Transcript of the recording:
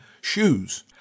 shoes